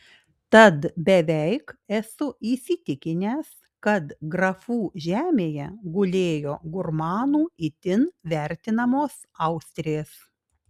tad beveik esu įsitikinęs kad grafų žemėje gulėjo gurmanų itin vertinamos austrės